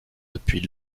depuis